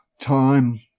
time